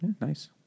Nice